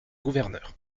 gouverneur